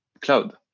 cloud